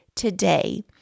today